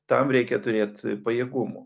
tam reikia turėt pajėgumų